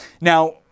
Now